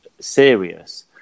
serious